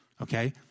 Okay